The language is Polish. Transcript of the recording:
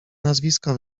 nazwisko